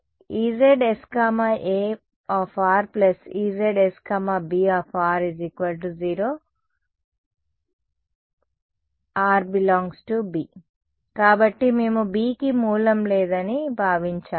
EzsA EzsB 0 for r ∈ B కాబట్టి మేము Bకి సోర్స్ లేదని భావించాము